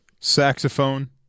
saxophone